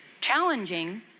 Challenging